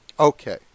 Okay